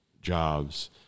jobs